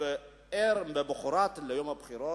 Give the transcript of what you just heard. שנינו הולכים למכולת לעשות קניות.